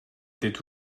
étaient